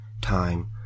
time